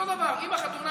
אותו דבר, אם בחתונה